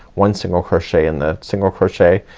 one single crochet in the single crochet,